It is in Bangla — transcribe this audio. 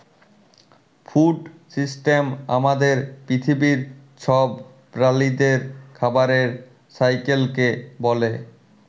ফুড সিস্টেম আমাদের পিথিবীর ছব প্রালিদের খাবারের সাইকেলকে ব্যলে